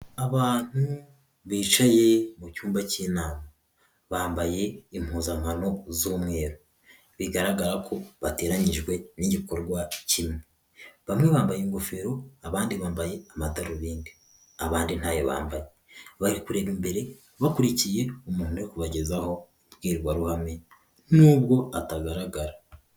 Abantu bicaye mu cyumba cy'inama bambaye impuzankano z'umweru, bigaragara ko bateranyijwe n'igikorwa kimwe, bamwe bambaye ingofero abandi bambaye amadarubindi abandi ntayo bambaye, bari kureba imbere bakurikiye umuntu uri kubagezaho imbwirwaruhame nubwo atagaragara.